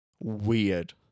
weird